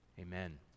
Amen